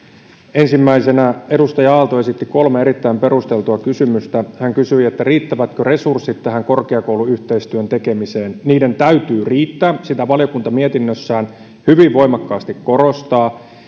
ensimmäisenä edustaja aalto esitti kolme erittäin perusteltua kysymystä hän kysyi riittävätkö resurssit tähän korkeakouluyhteistyön tekemiseen niiden täytyy riittää sitä valiokunta mietinnössään hyvin voimakkaasti korostaa